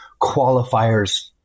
qualifier's